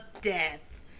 death